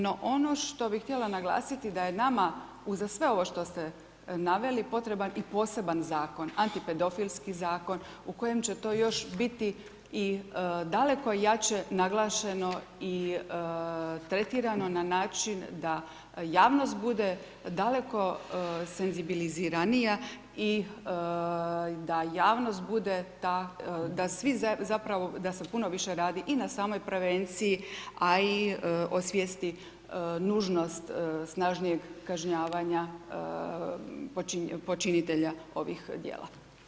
No, ono što bih htjela naglasiti, da je nama, uza sve ovo što ste naveli, potreban i poseban Zakon, antipedofilski zakon, u kojem će to još biti i daleko jače naglašeno, i tretirano na način da javnost bude daleko senzibiliziranija, i da javnost bude ta, da svi zapravo, da se puno više radi i na samoj prevenciji, a i osvijesti nužnost snažnijeg kažnjavanja počinitelja ovih djela.